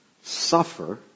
suffer